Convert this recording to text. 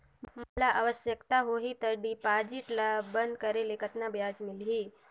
मोला आवश्यकता होही त डिपॉजिट ल बंद करे ले कतना ब्याज मिलही?